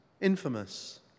infamous